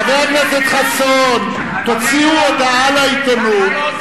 חבר הכנסת חסון, תוציאו הודעה לעיתונות.